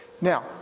Now